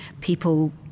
people